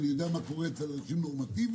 אני יודע מה קורה אצל אנשים נורמטיבים.